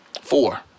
Four